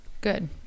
good